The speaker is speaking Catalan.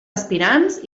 aspirants